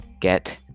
get